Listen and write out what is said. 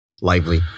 lively